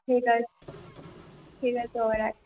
ঠিক আছে ঠিক আছে বাবা রাখছি